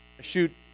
shoot